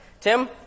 Tim